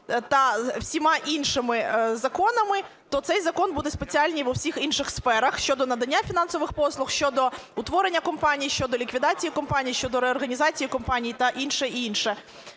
та всіма іншими законами, то цей закон буде спеціальний у всіх інших сферах щодо надання фінансових послуг, щодо утворення компаній, щодо ліквідації компаній, щодо реорганізації компаній та інше й інше.